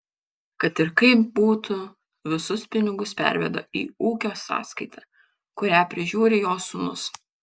kad ir kaip būtų visus pinigus perveda į ūkio sąskaitą kurią prižiūri jo sūnus